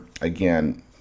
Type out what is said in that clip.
again